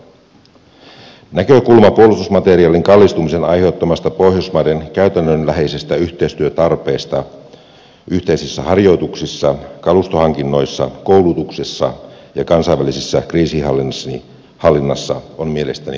näkökulma puolustusmateriaalin kallistumisen aiheuttamasta pohjoismaiden käytännönläheisestä yhteistyötarpeesta yhteisissä harjoituksissa kalustohankinnoissa koulutuksessa ja kansainvälisessä kriisinhallinnassa on mielestäni oikea